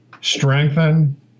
strengthen